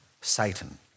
Satan